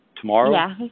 tomorrow